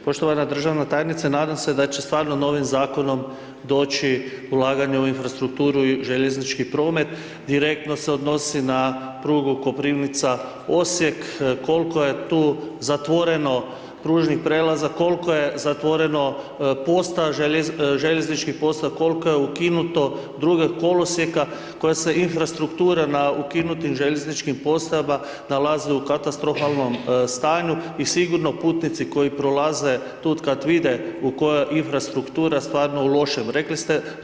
Poštovana državna tajnice, nadam se da će stvarno novim zakonom doći ulaganje u infrastrukturu i u željeznički promet, direktno se odnosi na prugu Koprivnica-Osijek, koliko je tu zatvoreno pružnih prijelaza, koliko je zatvoreno, ... željeznički ... koliko je ukinuto drugih kolosijeka koja se infrastruktura na ukinutim željezničkim postajama nalaze u katastrofalnom stanju i sigurno putnici koji prolaze tu d kad vide koja infrastruktura je u stvarno lošem stanju.